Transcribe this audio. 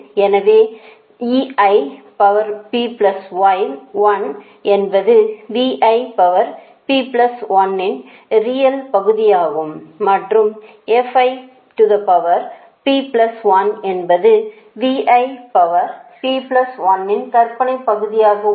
எனவே என்பது யின் ரியல் பகுதியாகும் மற்றும் என்பது யின் கற்பனை பகுதியாக உள்ளது